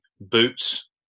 boots